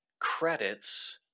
credits